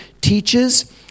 teaches